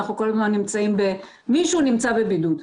אנחנו כל הזמן נמצאים ב"מישהו נמצא בבידוד".